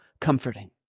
comforting